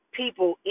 people